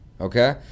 okay